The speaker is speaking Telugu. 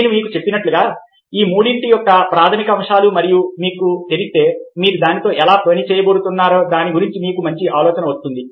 నేను మీకు చెప్పినట్లుగా ఈ మూడింటి యొక్క ప్రాథమిక అంశాలు గురించి మీకు తెలిస్తే మీరు దానితో ఎలా పని చేయబోతున్నారనే దాని గురించి మీకు మంచి ఆలోచన వస్తుంది